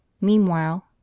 Meanwhile